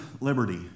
liberty